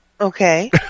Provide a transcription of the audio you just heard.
Okay